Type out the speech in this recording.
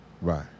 right